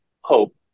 hope